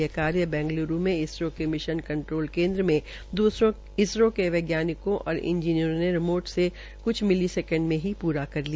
यह कार्य बैंगलूर मे इसरो के मिशन कंट्रोल केन्द्र में इसरो के वैज्ञानिकों और इंजीनियरों ने रिमोट से क्छ मिली सेकेंड में ही पूरा किया